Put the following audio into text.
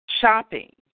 Shopping